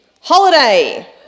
holiday